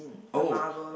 oh